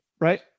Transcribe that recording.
right